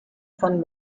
von